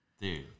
Dude